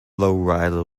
lowrider